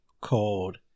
called